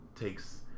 takes